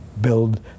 build